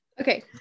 Okay